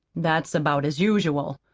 that's about as usual.